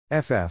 FF